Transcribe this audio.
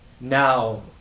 Now